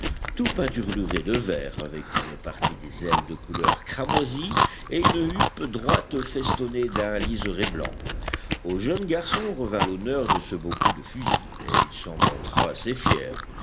tout peinturlurés de vert avec une partie des ailes de couleur cramoisie et une huppe droite festonnée d'un liseré blanc au jeune garçon revint l'honneur de ce beau coup de fusil et il s'en montra assez fier